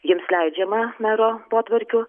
jiems leidžiama mero potvarkių